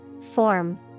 Form